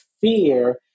fear